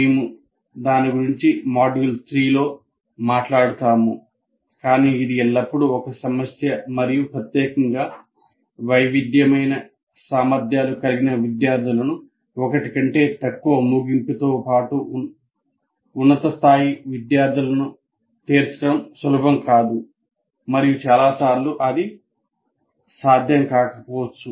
మేము దాని గురించి మాడ్యూల్ 3 లో మాట్లాడుతాము కానీ ఇది ఎల్లప్పుడూ ఒక సమస్య మరియు ప్రత్యేకంగా వైవిధ్యమైన సామర్ధ్యాలు కలిగిన విద్యార్థులను కలిగి ఉంటే తక్కువ ముగింపుతో పాటు ఉన్నత స్థాయి విద్యార్థులను తీర్చడం సులభం కాదు మరియు చాలా సార్లు అది సాధ్యం కాకపోవచ్చు